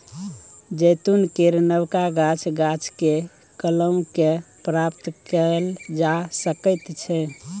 जैतून केर नबका गाछ, गाछकेँ कलम कए प्राप्त कएल जा सकैत छै